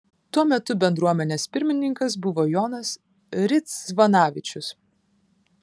tuo metu bendruomenės pirmininkas buvo jonas ridzvanavičius